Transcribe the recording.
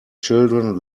children